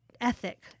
ethic